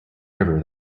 river